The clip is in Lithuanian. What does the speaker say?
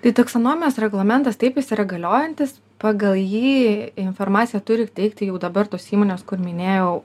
tai taksonomijos reglamentas taip jis yra galiojantis pagal jį informaciją turi teikti jau dabar tos įmonės kur minėjau